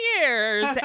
years